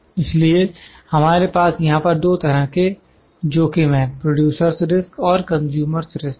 इसलिए हमारे पास यहां पर दो तरह के जोखिम है प्रोड्यूसरस् रिस्क producer's risk और कंज्यूमर्स रिस्क consumer's risk